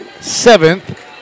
seventh